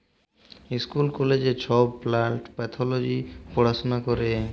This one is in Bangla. ইস্কুল কলেজে ছব প্লাল্ট প্যাথলজি পড়াশুলা ক্যরে